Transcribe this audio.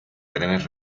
trenes